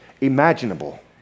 imaginable